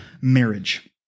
marriage